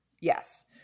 yes